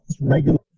regular